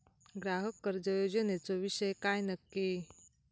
ग्राहक कर्ज योजनेचो विषय काय नक्की?